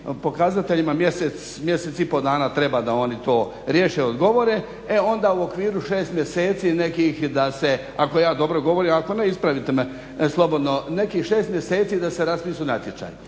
pokazateljima mjesec, mjesec i pol dana treba da oni to riješe i odgovore e onda u okviru 6 mjeseci nekih da se ako ja dobro govorim, ako ne ispravite me slobodno, nekih 6 mjeseci da se raspišu natječaji.